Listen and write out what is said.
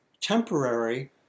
temporary